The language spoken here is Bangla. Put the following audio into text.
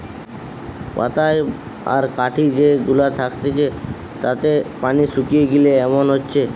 পাতায় আর কাঠি যে গুলা থাকতিছে তাতে পানি শুকিয়ে গিলে এমন হচ্ছে